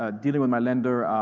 ah dealing with my lender.